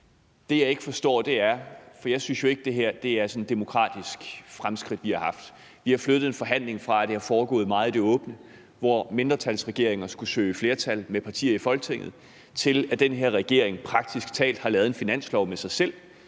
som jeg ikke forstår. For jeg synes jo ikke, at det her er sådan et demokratisk fremskridt, vi har haft. Man har flyttet forhandlingerne fra at være nogle, der er foregået meget i det åbne rum, og hvor en mindretalsregering har skullet søge at danne flertal med partierne i Folketinget, til, at den her regering praktisk talt har lavet en finanslov med sig selv,